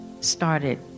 started